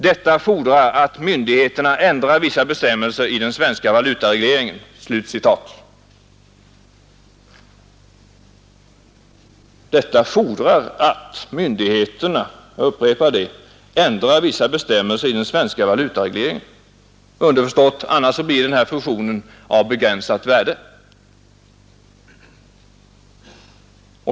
Detta fordrar Vid bankfusion, att myndigheterna ändrar vissa bestämmelser i den svenska valutaregle =”. m. ringen ———-”; underförstått — annars blir den här fusionen av begränsat värde.